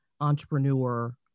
entrepreneur